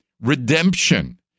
redemption